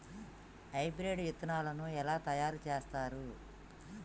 Hybrid విత్తనాలను ఎలా తయారు చేస్తారు?